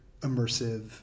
immersive